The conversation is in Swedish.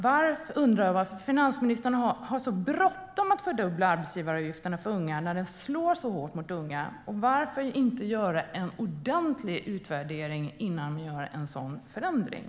Varför har finansministern så bråttom att fördubbla arbetsgivaravgifterna för unga när de slår så hårt mot unga? Varför gör ni inte en ordentlig utvärdering innan ni gör en sådan förändring?